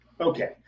Okay